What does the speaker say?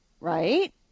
right